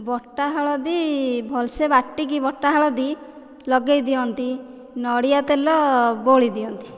ବଟା ହଳଦି ଭଲସେ ବାଟିକି ବଟା ହଳଦି ଲଗେଇଦିଅନ୍ତି ନଡ଼ିଆ ତେଲ ବୋଲି ଦିଅନ୍ତି